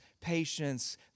patience